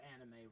anime